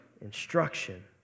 instruction